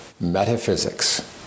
metaphysics